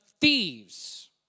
thieves